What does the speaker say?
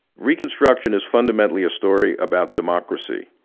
reconstruction is fundamentally a story about democracy.